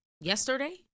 Yesterday